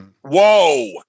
whoa